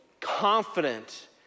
confident